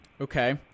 Okay